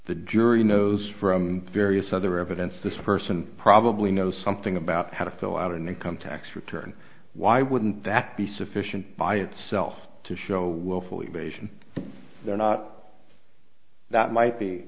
the jury knows from various other evidence this person probably knows something about how to fill out an income tax return why wouldn't that be sufficient by itself to show willfully beige and they're not that might be